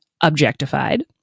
objectified